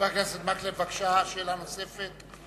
חבר הכנסת מקלב, שאלה נוספת,